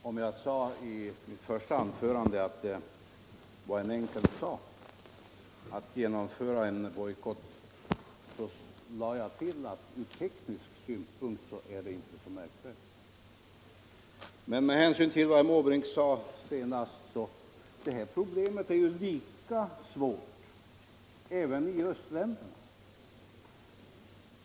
Herr talman! Om jag i mitt första anförande sade att det var en enkel sak att genomföra en bojkott, så lade jag till att det är ur teknisk synpunkt som det inte är så märkvärdigt. Med anledning av vad herr Måbrink senast sade vill jag påpeka att det här problemet är ju lika svårt i östländerna.